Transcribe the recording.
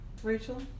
Rachel